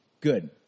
good